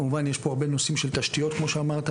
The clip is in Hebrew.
כמובן יש פה הרבה נושאים של תשתיות כמו שאמרת,